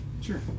sure